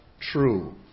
true